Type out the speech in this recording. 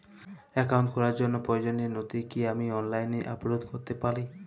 Account খোলার জন্য প্রয়োজনীয় নথি কি আমি অনলাইনে আপলোড করতে পারি?